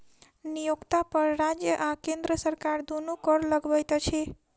नियोक्ता पर राज्य आ केंद्र सरकार दुनू कर लगबैत अछि